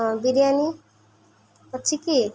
ହଁ ବିରିୟାନୀ ଅଛି କି